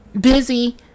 busy